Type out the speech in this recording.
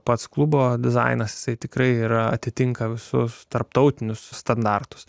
pats klubo dizainas tikrai yra atitinka visus tarptautinius standartus